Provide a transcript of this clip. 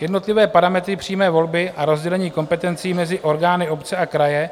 Jednotlivé parametry přímé volby a rozdělení kompetencí mezi orgány obce a kraje